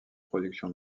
production